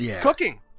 cooking